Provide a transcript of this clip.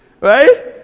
right